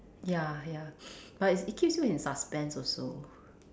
ya ya but it's it keeps you in suspense also